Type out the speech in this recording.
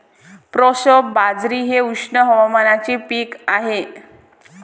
proso बाजरी हे उष्ण हवामानाचे पीक आहे